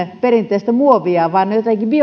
enää perinteistä muovia